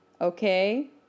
Okay